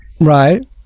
Right